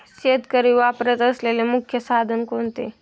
शेतकरी वापरत असलेले मुख्य साधन कोणते?